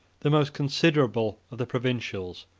the most considerable of the provincials,